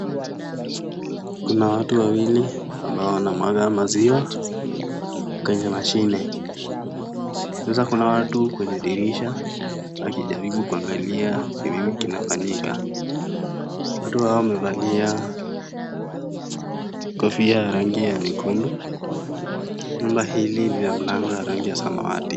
Kuna watu wawili ambao wanamwaga maziwa kwenye mashine. Hasa kuna watu kwenye dirisha wakijaribu kuangalia ni nini kinachofanyika. Watu hao wamevalia kofia za rangi ya nyekundu. Jumba hili lina mlango wa rangi ya samawati.